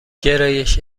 گرایش